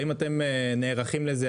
האם אתם נערכים לזה?